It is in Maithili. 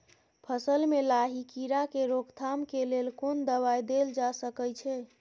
फसल में लाही कीरा के रोकथाम के लेल कोन दवाई देल जा सके छै?